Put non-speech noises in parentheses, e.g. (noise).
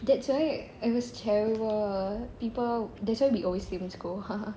that why it was terrible that's why we always sleep in school (laughs)